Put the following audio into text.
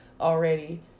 already